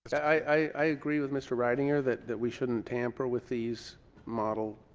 i agree with mr. reitinger that that we shouldn't tamper with these model